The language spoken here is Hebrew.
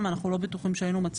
לכן הם לא יצולמו,